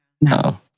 No